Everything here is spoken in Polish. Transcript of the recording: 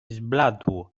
zbladł